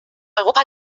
europa